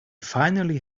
finally